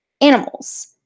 animals